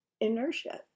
inertia